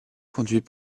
conduit